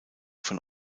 von